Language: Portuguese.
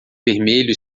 vermelho